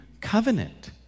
covenant